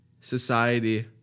society